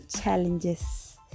challenges